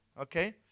okay